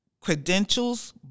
credentials